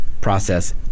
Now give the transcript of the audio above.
process